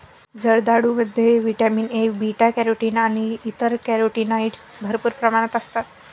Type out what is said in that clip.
जर्दाळूमध्ये vitamin A, beta carotene आणि इतर कॅरोटीनॉइड्स भरपूर प्रमाणात असतात